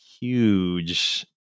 huge